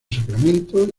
sacramento